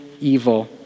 evil